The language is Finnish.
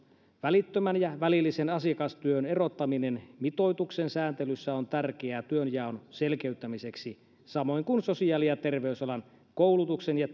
välittömän ja välillisen asiakastyön erottaminen mitoituksen sääntelyssä on tärkeää työnjaon selkeyttämiseksi samoin kuin sosiaali ja terveysalan koulutuksen ja